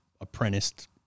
apprenticed